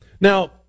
Now